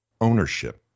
Ownership